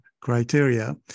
criteria